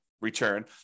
return